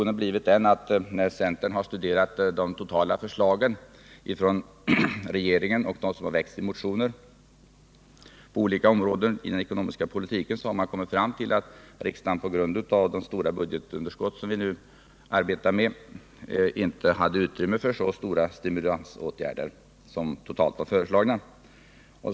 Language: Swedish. När vi inom centern studerat de totala förslagen från regeringen och dem som väckts i motioner på olika områden inom den ekonomiska politiken har vi kommit fram till att det på grund av det stora budgetunderskott som vi nu arbetar med inte finns utrymme för så omfattande stimulansåtgärder som totalt föreslagits.